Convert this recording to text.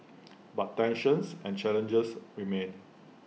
but tensions and challenges remain